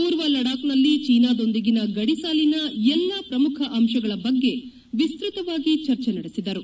ಮೂರ್ವ ಲಡಾಕ್ನಲ್ಲಿ ಚೀನಾದೊಂದಿಗಿನ ಗಡಿ ಸಾಲಿನ ಎಲ್ಲಾ ಪ್ರಮುಖ ಅಂಶಗಳ ಬಗ್ಗೆ ವಿಸ್ತತವಾಗಿ ಚರ್ಚೆ ನಡೆಸಿದರು